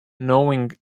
knowing